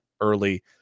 early